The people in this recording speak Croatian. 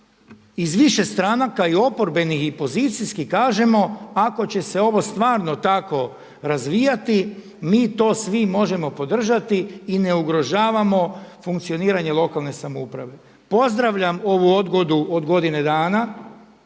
iz više stranaka i oporbenih i pozicijskih kažemo ako će se ovo stvarno tako razvijati mi to svi možemo podržati i ne ugrožavamo funkcioniranje lokalne samouprave. Pozdravljam ovu odgodu od godine dana